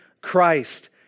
Christ